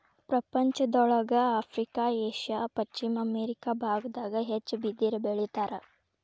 ಪ್ರಪಂಚದೊಳಗ Africa Asia ಪಶ್ಚಿಮ America ಬಾಗದಾಗ ಹೆಚ್ಚ ಬಿದಿರ ಬೆಳಿತಾರ